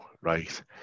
right